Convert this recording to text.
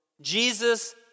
Jesus